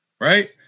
Right